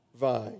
vine